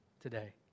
today